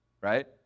Right